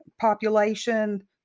population